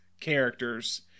characters